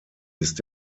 ist